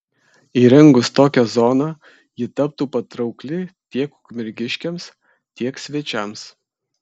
įrengus tokią zoną ji taptų patraukli tiek ukmergiškiams tiek svečiams